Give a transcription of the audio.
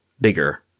bigger